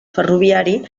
ferroviari